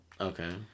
Okay